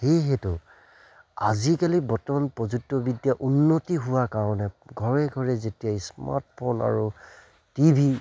সেইহেতু আজিকালি বৰ্তমান প্ৰযুক্তিবিদ্যা উন্নতি হোৱা কাৰণে ঘৰে ঘৰে যেতিয়া স্মাৰ্টফোন আৰু টি ভি